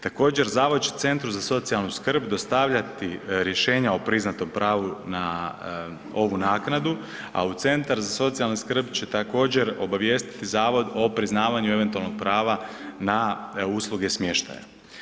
Također, zavod će centru za socijalnu skrb dostavljati rješenja o priznatom pravu na ovu naknadu, a centar za socijalnu skrb će također obavijestiti zavod o priznavanju eventualnog prava na usluge smještaja.